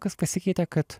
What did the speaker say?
kas pasikeitė kad